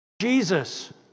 Jesus